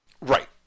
right